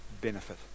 benefit